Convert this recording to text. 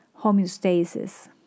homeostasis